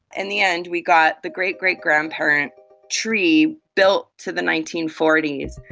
in the end we got the great great grandparent tree built to the nineteen forty s,